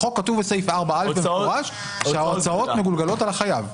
בחוק כתוב בסעיף 4א במפורש שההוצאות מגולגלות על החייב.